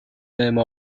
name